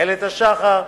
איילת השחר,